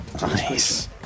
Nice